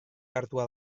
hartuta